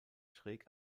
schräg